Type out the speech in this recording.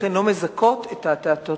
ולכן לא מזכות את התיאטרון,